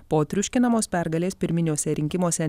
po triuškinamos pergalės pirminiuose rinkimuose